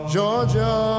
Georgia